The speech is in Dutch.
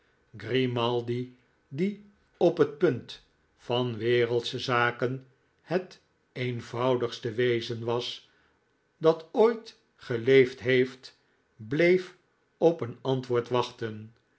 grimaldi die op het punt van wereldsche zaken het eenvoudigste wezen was dat ooit geleefd heeft bleef op een antwoord wachten